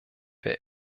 wer